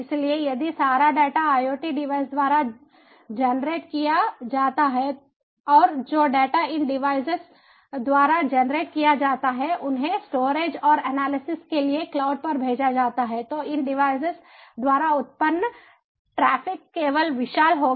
इसलिए यदि सारा डेटा IoT डिवाइस द्वारा जनरेट किया जाता है और जो डेटा इन डिवाइसेस द्वारा जनरेट किया जाता है उन्हें स्टोरेज और एनालिसिस के लिए क्लाउड पर भेजा जाता है तो इन डिवाइसेस द्वारा उत्पन्न ट्रैफ़िक केवल विशाल होगा